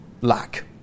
lack